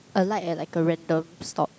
alight at like a random stop